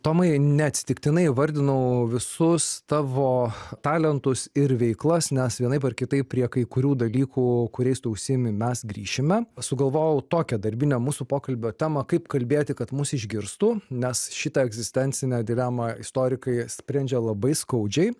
tomai neatsitiktinai įvardinau visus tavo talentus ir veiklas nes vienaip ar kitaip prie kai kurių dalykų kuriais tu užsiimi mes grįšime sugalvojau tokią darbinę mūsų pokalbio temą kaip kalbėti kad mus išgirstų nes šitą egzistencinę dilemą istorikai sprendžia labai skaudžiai